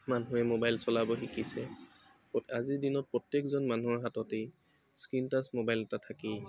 মানুহে মোবাইল চলাব শিকিছে আজিৰ দিনত প্ৰত্যেকজন মানুহৰ হাততেই স্ক্ৰিন টাচ মোবাইল এটা থাকেই